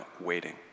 waiting